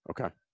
Okay